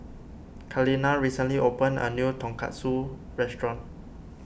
Kaleena recently opened a new Tonkatsu restaurant